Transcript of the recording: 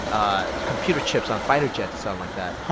ah computer chips on fighter jets or something like that.